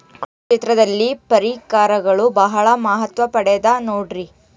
ಕೃಷಿ ಕ್ಷೇತ್ರದಲ್ಲಿ ಪರಿಕರಗಳು ಬಹಳ ಮಹತ್ವ ಪಡೆದ ನೋಡ್ರಿ?